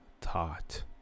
taught